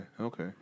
Okay